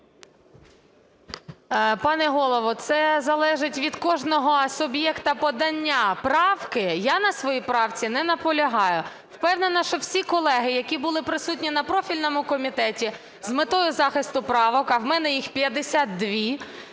Пане Голово, це залежить від кожного суб'єкта подання правки. Я на своїй правці не наполягаю. Впевнена, що всі колеги, які були присутні на профільному комітеті з метою захисту правок… У мене їх 52,